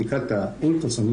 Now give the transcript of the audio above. בדיקת אולטרסאונד,